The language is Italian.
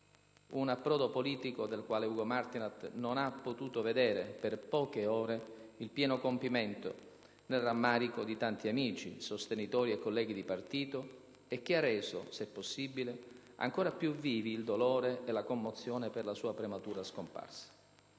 Un approdo politico del quale Ugo Martinat non ha potuto vedere - per poche ore - il pieno compimento, nel rammarico di tanti amici, sostenitori e colleghi di partito, e che ha reso, se possibile, ancora più vivi il dolore e la commozione per la sua prematura scomparsa.